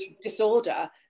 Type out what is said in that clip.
disorder